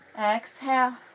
Exhale